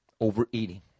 Overeating